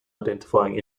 identifying